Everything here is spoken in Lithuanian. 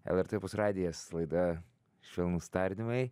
lrt opus radijo laida švelnūs tardymai